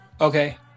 Okay